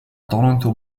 toronto